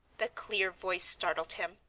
the clear voice startled him,